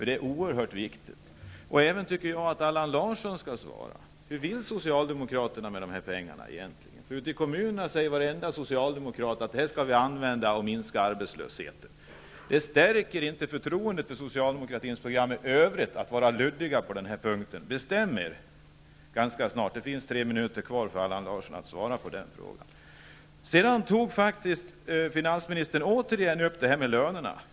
Det är oerhört viktigt. Jag tycker även att Allan Larsson skall svara. Vad vill Socialdemokraterna med de här pengarna egentligen? Ute i kommunerna säger varenda socialdemokrat att dem skall vi använda för att minska arbetslösheten. Att vara luddiga på den här punkten stärker inte förtroendet för socialdemokratins program i övrigt. Bestäm er ganska snart! Allan Larsson har tre minuter kvar för att svara på den frågan. Sedan tog finansministern återigen upp detta med lönerna.